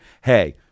hey